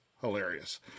hilarious